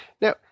Now